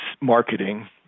marketing